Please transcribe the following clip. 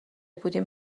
بودیم